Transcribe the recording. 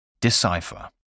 Decipher